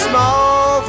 Small